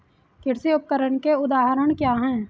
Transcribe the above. कृषि उपकरण के उदाहरण क्या हैं?